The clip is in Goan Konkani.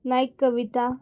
नायक कविता